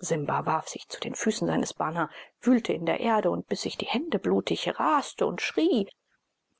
simba warf sich zu den füßen seines bana wühlte in der erde und biß sich die hände blutig raste und schrie